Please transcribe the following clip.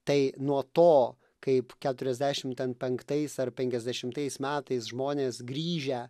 tai nuo to kaip kuriasdešim ten penktais ar penkiasdešimtais metais žmonės grįžę